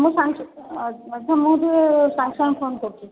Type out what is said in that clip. ମୋ ସାଙ୍ଗେ ଆଚ୍ଛା ସାଙ୍ଗେ ସାଙ୍ଗେ ଫୋନ୍ କରୁଛି